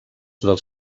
dels